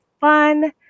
fun